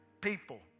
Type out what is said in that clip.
People